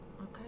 okay